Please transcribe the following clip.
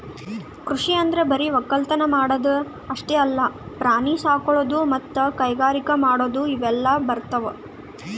ಕೃಷಿ ಅಂದ್ರ ಬರಿ ವಕ್ಕಲತನ್ ಮಾಡದ್ ಅಷ್ಟೇ ಅಲ್ಲ ಪ್ರಾಣಿ ಸಾಕೊಳದು ಮತ್ತ್ ಕೈಗಾರಿಕ್ ಮಾಡದು ಇವೆಲ್ಲ ಬರ್ತವ್